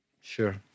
Sure